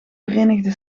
verenigde